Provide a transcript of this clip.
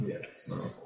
Yes